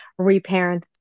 reparent